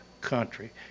country